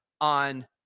on